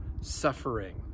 suffering